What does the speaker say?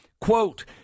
quote